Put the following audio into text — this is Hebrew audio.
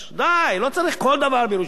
די, לא צריך כל דבר בירושלים.